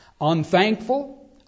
unthankful